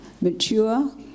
mature